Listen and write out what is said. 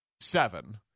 seven